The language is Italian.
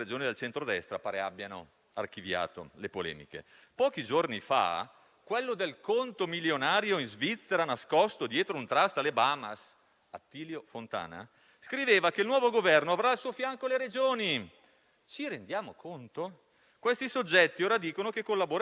alle Bahamas, scriveva che il nuovo Governo avrà al suo fianco le Regioni. Ci rendiamo conto? Questi soggetti ora dicono che collaboreranno costruttivamente con il Governo di cui ora fanno parte. Ne siamo felici, ma ci domandiamo: prima che cosa facevano?